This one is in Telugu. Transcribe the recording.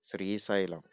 శ్రీశైలం